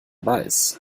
weiß